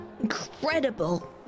Incredible